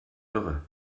irre